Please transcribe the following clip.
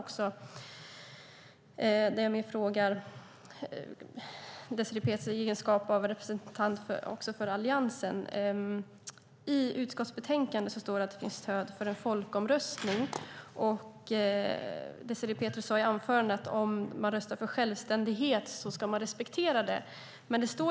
Här vänder jag mig till Désirée Pethrus i hennes egenskap av representant för Alliansen. I utskottsbetänkandet står att det finns stöd för en folkomröstning. Désirée Pethrus sade i sitt anförande att om man röstar för självständighet ska det respekteras.